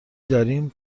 داریم